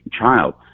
child